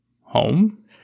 Home